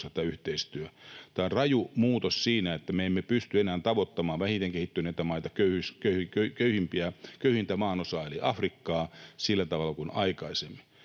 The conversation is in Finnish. Tämä on raju muutos siinä, että me emme pysty enää tavoittamaan vähiten kehittyneitä maita ja köyhintä maanosaa, Afrikkaa, sillä tavalla kuin aikaisemmin.